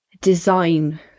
design